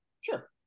Sure